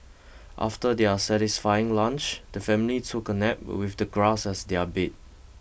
after their satisfying lunch the family took a nap with the grass as their bed